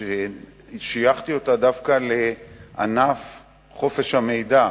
ששייכתי אותה דווקא לענף חופש המידע,